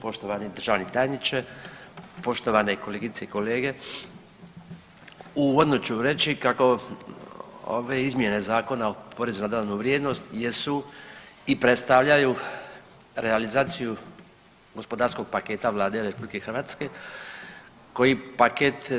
Poštovani državni tajniče, poštovane kolegice i kolege, uvodno ću reći kako ove izmjene Zakona o porezu na dodanu vrijednost jesu i predstavljaju realizaciju gospodarskog paketa Vlade RH koji paket